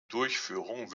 durchführung